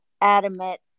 adamant